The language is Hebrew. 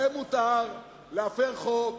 להם מותר להפר חוק,